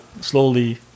slowly